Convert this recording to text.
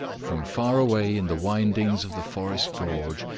from far away in the windings of the forest gorge,